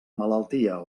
malaltia